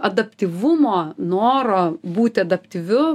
adaptyvumo noro būti adaptyviu